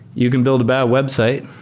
you can build a bad website,